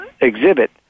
exhibit